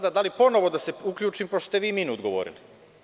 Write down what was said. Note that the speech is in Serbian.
Sada, da li ponovo da se uključim, pošto ste vi minut govorili?